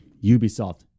Ubisoft